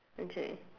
okay